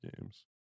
games